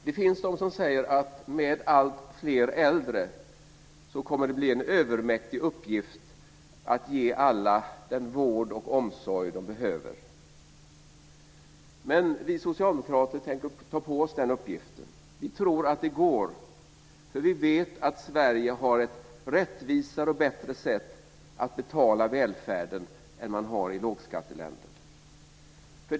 Det finns de som säger att med alltfler äldre kommer det att bli en övermäktig uppgift att ge alla den vård och omsorg som de behöver. Men vi socialdemokrater tänker ta på oss den uppgiften. Vi tror att det går. Vi vet att Sverige har ett rättvisare och bättre sätt att betala välfärden än vad man har i lågskatteländer.